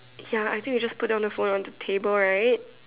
ya I think we just put down the phone on the table right